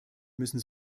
müssen